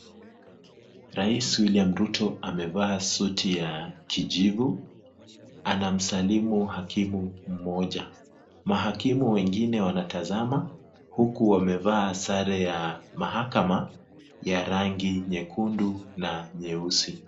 Rais William Ruto amevaa suti ya kijivu. Anamsalimu hakimu mmoja. Mahakimu wengine wanatazama huku wamevaa sare ya mahakama ya rangi nyekundu na nyeusi.